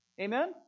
Amen